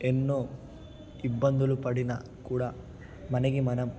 ఎన్నో ఇబ్బందులు పడిన కూడా మనకి మనం